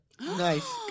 Nice